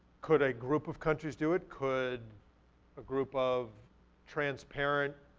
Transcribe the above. could a group of countries do it? could a group of transparent,